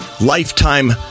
lifetime